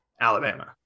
Alabama